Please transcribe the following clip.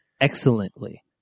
excellently